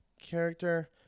character